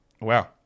Wow